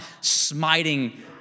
smiting